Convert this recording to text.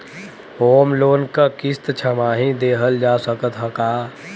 Home loan क किस्त छमाही देहल जा सकत ह का?